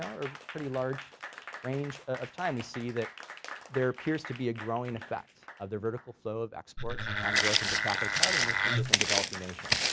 know, a pretty large range of time we see that there appears to be a growing effect of the vertical flow of exports on growth in per capita carbon emissions within developing nations.